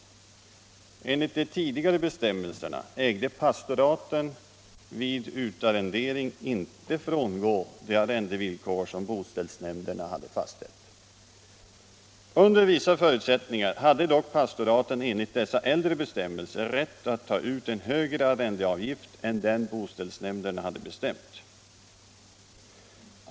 Enligt de tidigare bestämmelserna ägde pastoraten vid utarrenderingen inte rätt att frångå de arrendevillkor som boställsnämnden hade fastställt. Under vissa förutsättningar hade dock pastoraten enligt dessa äldre bestämmelser rätt att ta ut en högre arrendeavgift än den boställsnämnden hade bestämt.